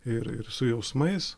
ir ir su jausmais